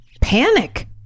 Panic